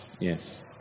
Yes